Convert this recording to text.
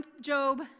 Job